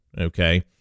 Okay